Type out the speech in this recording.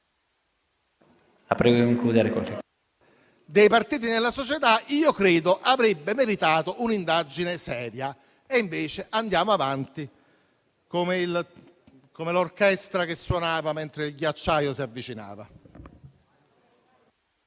...dei partiti nella società, io credo avrebbe meritato un'indagine seria e invece andiamo avanti come l'orchestra che suonava mentre il ghiacciaio si avvicinava.